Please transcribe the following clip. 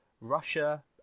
russia